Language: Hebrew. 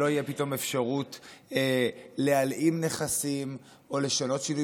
שלא תהיה פתאום אפשרות להלאים נכסים או לשנות שינוי